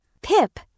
Pip